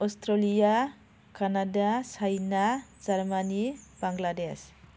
Australia Canada China Germany Bangladesh